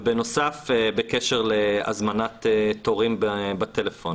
בקשר להזמנת תורים בטלפון